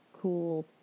cool